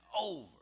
over